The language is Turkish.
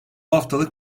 haftalık